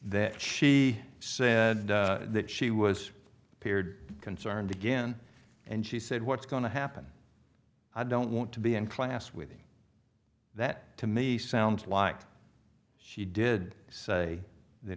that she said that she was appeared concerned again and she said what's going to happen i don't want to be in class with me that to me sounds like she did say that